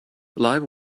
live